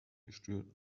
gestört